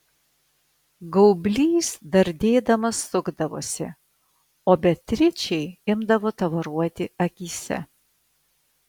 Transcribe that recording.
gaublys dardėdamas sukdavosi o beatričei imdavo tavaruoti akyse